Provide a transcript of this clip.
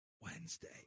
wednesday